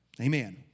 Amen